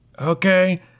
Okay